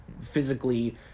physically